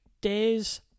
days